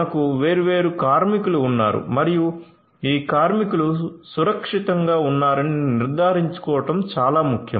మనకు వేర్వేరు కార్మికులు ఉన్నారు మరియు ఈ కార్మికులు సురక్షితంగా ఉన్నారని నిర్ధారించుకోవడం చాలా ముఖ్యం